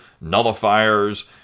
nullifiers